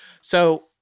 so-